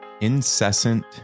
Incessant